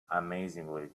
amazingly